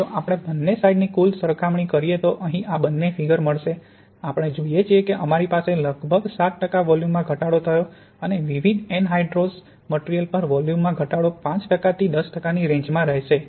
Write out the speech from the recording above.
જો આપણે બંને સાઇડની કુલ સરખામણી કરીએ તો અહીં આ બંને ફિગર મળશે આપણે જોઈએ છીએ કે અમારી પાસે લગભગ 7 ટકા વોલ્યુમમાં ઘટાડો થયો અને વિવિધ એનહાયડ્રૌસ મટિરિયલ પર વોલ્યુમમાં ઘટાડો 5 ટકા થી 10 ટકાની રેન્જમાં રહેશે